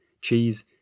cheese